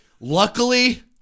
Luckily